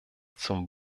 zum